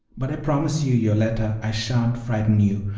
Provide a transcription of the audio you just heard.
but i promise you, yoletta, i shan't frighten you,